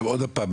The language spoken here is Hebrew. עכשיו עוד פעם,